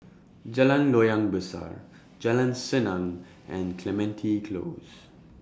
Jalan Loyang Besar Jalan Senang and Clementi Close